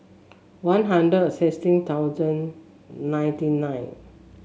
One Hundred sixteen thousand ninety nine